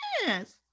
yes